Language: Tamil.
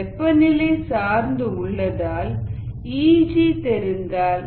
வெப்பநிலை சார்ந்து உள்ளதால் Eg தெரிந்தால்